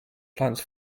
plans